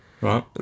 Right